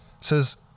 says